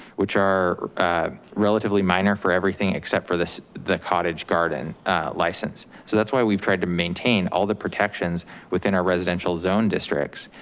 which are relatively minor for everything except for the cottage garden license. so that's why we've tried to maintain all the protections within our residential zone districts.